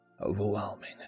overwhelming